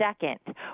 second